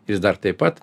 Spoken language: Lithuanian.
jis dar taip pat